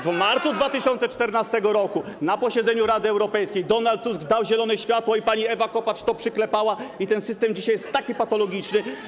W marcu 2014 r. na posiedzeniu Rady Europejskiej Donald Tusk dał zielone światło, pani Ewa Kopacz to przyklepała i dzisiaj ten system jest taki patologiczny.